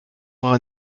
aura